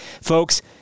folks